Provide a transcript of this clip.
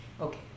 Okay